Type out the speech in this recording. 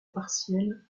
partielle